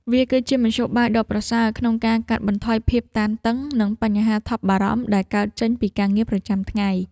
វាគឺជាមធ្យោបាយដ៏ប្រសើរក្នុងការកាត់បន្ថយភាពតានតឹង និងបញ្ហាថប់បារម្ភដែលកើតចេញពីការងារប្រចាំថ្ងៃ។